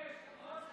אדוני היושב-ראש,